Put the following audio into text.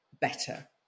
better